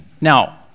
Now